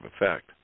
effect